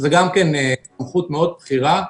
שזה גם כן סמכות בכירה מאוד,